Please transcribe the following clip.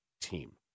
team